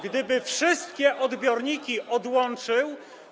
gdyby wszystkie odbiorniki odłączył.